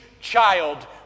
child